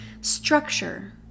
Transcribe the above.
Structure